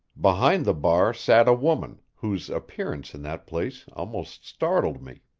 behind the bar sat a woman whose appearance in that place almost startled me.